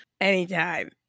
anytime